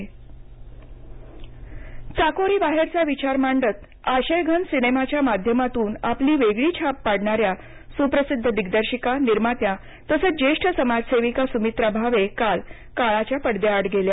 सुमित्रा भावे चाकोरी बाहेरचा विचार मांडत आशय घन सिनेमाच्या माध्यमातून आपली वेगळी छाप पाडणाऱ्या सुप्रसिद्ध दिग्दर्शिका निर्मात्या तसंच जेष्ठ समजसेविका सुमित्रा भावे काल काळाच्या पडद्याआड गेल्या